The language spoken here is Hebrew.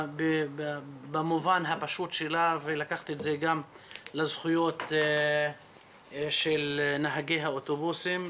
במובן הפשוט שלה ולקחת את זה גם לזכויות של נהגי האוטובוסים.